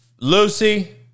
Lucy